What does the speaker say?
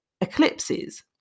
eclipses